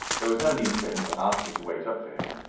there was no need for him to ask me to wait up for him,